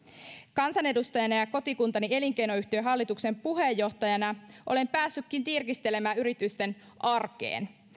kansanedustajana ja kotikuntani elinkeinoyhtiön hallituksen puheenjohtajana olen päässyt tirkistelemään yritysten arkeen